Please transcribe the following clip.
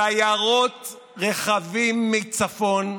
ישראל ביתנו, שיירות רכבים מצפון,